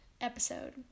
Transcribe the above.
episode